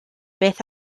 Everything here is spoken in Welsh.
beth